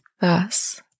Thus